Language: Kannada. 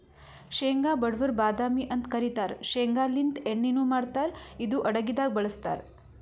ಶೇಂಗಾ ಬಡವರ್ ಬಾದಾಮಿ ಅಂತ್ ಕರಿತಾರ್ ಶೇಂಗಾಲಿಂತ್ ಎಣ್ಣಿನು ಮಾಡ್ತಾರ್ ಇದು ಅಡಗಿದಾಗ್ ಬಳಸ್ತಾರ್